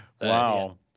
wow